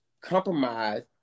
compromise